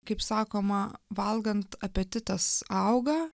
kaip sakoma valgant apetitas auga